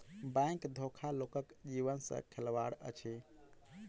bank धोखा लोकक जीवन सॅ खेलबाड़ अछि